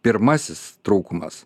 pirmasis trūkumas